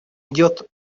идет